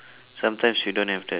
sometimes you don't have the